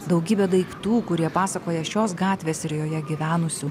daugybę daiktų kurie pasakoja šios gatvės ir joje gyvenusių